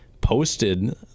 posted